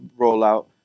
rollout